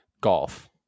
Golf